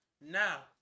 Now